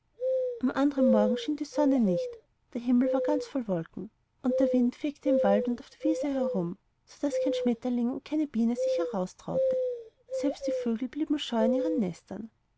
am andern morgen schien die sonne nicht der himmel war ganz voll wolken und der wind fegte im wald und auf der wiese herum so daß kein schmetterling und keine biene sich herausgetraute selbst die vögel blieben scheu in ihren nestern